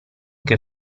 che